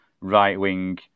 right-wing